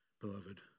beloved